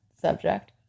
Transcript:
subject